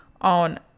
on